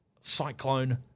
Cyclone